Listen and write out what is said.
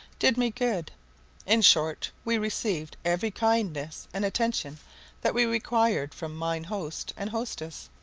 did me good in short, we received every kindness and attention that we required from mine host and hostess,